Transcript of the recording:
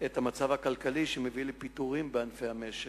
את המצב הכלכלי שמביא לפיטורין בענפי המשק.